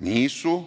Nisu.